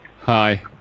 Hi